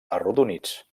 arrodonits